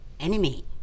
enemy